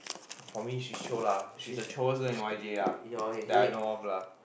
for me she's chio lah she's the chioest girl in Y_J ya that I know of lah